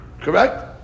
Correct